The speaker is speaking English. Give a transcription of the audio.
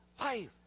life